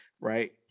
right